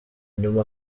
nyuma